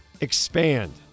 expand